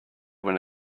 when